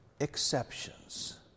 exceptions